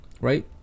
right